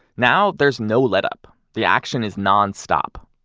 now there's no let-up. the action is nonstop.